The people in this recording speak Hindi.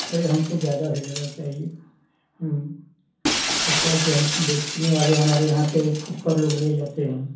अरे हमको ज्यादा से ज्यादा चाहिए हूं ऐसा है की बेचने वाले हमारे यहाँ से फुटकर लोग ले जाते हैं